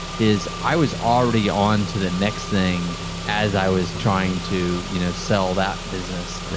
is i was already on to the next thing as i was trying to you know sell that business.